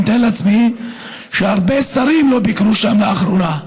אני מתאר לעצמי שלא הרבה שרים ביקרו שם לאחרונה.